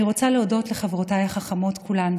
אני רוצה להודות לחברותיי החכמות כולן,